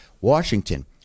Washington